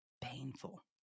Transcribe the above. painful